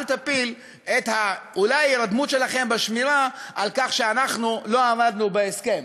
אל תפיל את אולי ההירדמות שלכם בשמירה על כך שאנחנו לא עמדנו בהסכם.